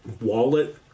Wallet